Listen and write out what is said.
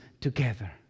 together